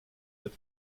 that